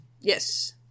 Yes